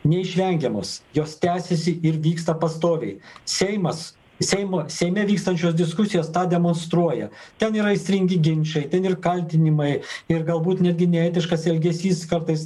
neišvengiamos jos tęsiasi ir vyksta pastoviai seimas seimo seime vykstančios diskusijos tą demonstruoja ten yra aistringi ginčai ten ir kaltinimai ir galbūt netgi neetiškas elgesys kartais